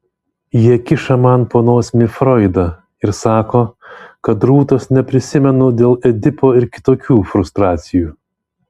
jie kiša man po nosimi froidą ir sako kad rūtos neprisimenu dėl edipo ir kitokių frustracijų